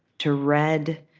to red,